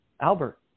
Albert